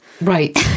Right